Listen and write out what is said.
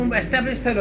established